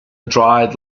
dry